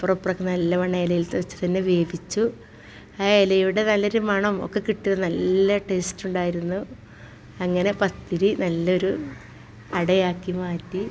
അപ്പറിപ്പറോക്കെ നല്ലവണ്ണം ഇലയിൽ വെച്ച് തന്നെ വേവിച്ചു ആ ഇലയുടെ നല്ലൊരു മണം ഒക്കെ കിട്ടും നല്ല ടേസ്റ്റുണ്ടായിരുന്നു അങ്ങനെ പത്തിരി നല്ലൊരു അടയാക്കി മാറ്റി